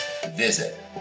Visit